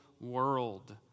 world